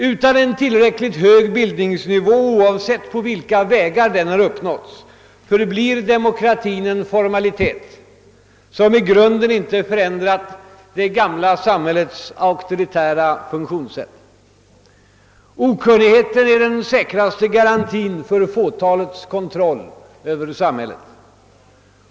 Utan en tillräckligt hög bildningsnivå, oavsett på vilka vägar den har uppnåtts, förblir demokratin en formalitet, som i grunden inte förändrat det gamla samhällets auktoritära funktionssätt. Okunnigheten är den säkraste garantin för fåtalets kontroll över samhället.